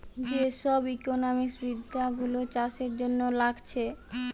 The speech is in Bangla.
যে সব ইকোনোমিক্স বিদ্যা গুলো চাষের জন্যে লাগছে